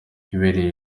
ibereye